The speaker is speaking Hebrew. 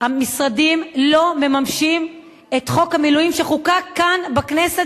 המשרדים לא מממשים את חוק המילואים שחוקק כאן בכנסת,